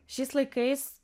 šiais laikais